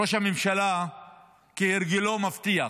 ראש הממשלה כהרגלו מבטיח,